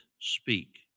speak